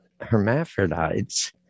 hermaphrodites